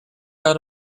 out